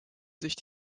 sich